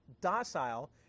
docile